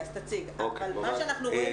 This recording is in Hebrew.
אם תוכל להתמקד.